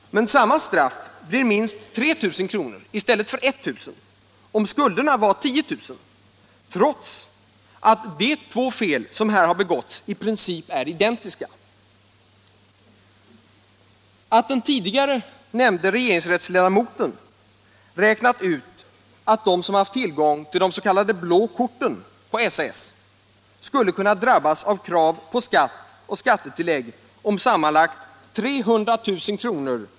Men straffet blir minst 3 000 kr. i stället för 1000 kr. om skulderna varit 10 000 kr., trots att de fel som har begåtts i princip är identiska. Att den tidigare nämnde regeringsrättsledamoten räknat ut att de som har haft tillgång till de s.k. blå korten på SAS skulle kunna drabbas av krav på skatt och skattetillägg om sammanlagt 300 000 kr.